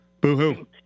Boo-hoo